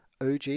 OG